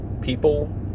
people